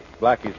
Blackie's